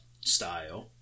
style